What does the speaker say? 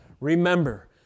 Remember